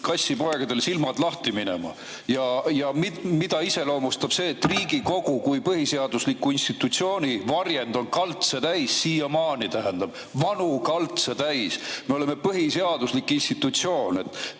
kassipoegadel silmad lahti minema. Seda iseloomustab see, et Riigikogu kui põhiseadusliku institutsiooni varjend on kaltse täis siiamaani. Tähendab, vanu kaltse täis! Me oleme põhiseaduslik institutsioon